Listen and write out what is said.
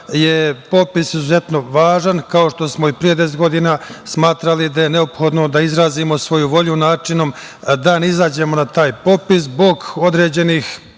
je popis izuzetno važan, kao što smo i pre 10 godina smatrali da je neophodno da izrazimo svoju volju, načinom da ne izađemo na taj popis zbog određenih